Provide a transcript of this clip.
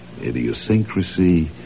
idiosyncrasy